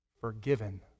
forgiven